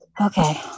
Okay